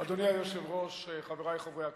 אדוני היושב-ראש, חברי חברי הכנסת,